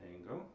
angle